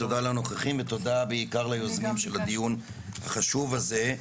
תודה לנוכחים ותודה בעיקר ליוזמים של הדיון החשוב הזה.